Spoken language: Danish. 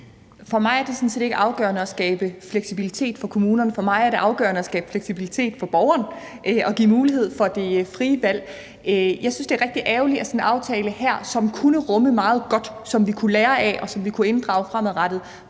For mig er det sådan set ikke afgørende at skabe fleksibilitet for kommunerne. For mig er det afgørende at skabe fleksibilitet for borgeren og give mulighed for det frie valg. Jeg synes, det er rigtig ærgerligt, at sådan en aftale her, som kunne rumme meget godt, som vi kunne lære af, og som vi kunne inddrage fremadrettet,